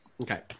Okay